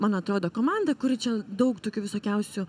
man atrodo komanda kuri čia daug tokių visokiausių